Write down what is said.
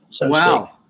Wow